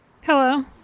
hello